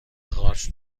قارچ